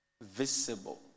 visible